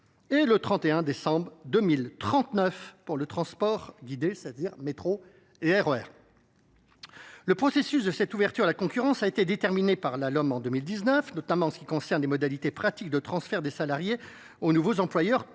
et le 31 décembre 2039 pour le transport guidé, c’est à dire le métro et le RER. Le processus de cette ouverture à la concurrence a été déterminé par la LOM en 2019, notamment en ce qui concerne les modalités pratiques de transfert des salariés aux nouveaux employeurs,